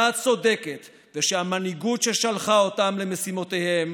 צודקת ושהמנהיגות שלחה אותם למשימותיהם